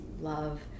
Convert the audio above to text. love